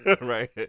right